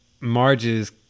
Marge's